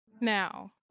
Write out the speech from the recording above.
Now